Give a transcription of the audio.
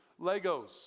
Legos